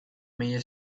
may